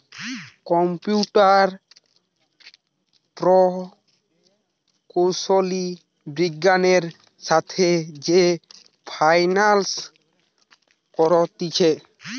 computer প্রকৌশলী বিজ্ঞানের সাথে যে ফাইন্যান্স করতিছে